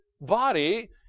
body